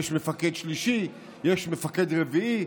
יש מפקד שלישי, יש מפקד רביעי.